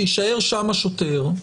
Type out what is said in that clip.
שיישאר שם שוטר,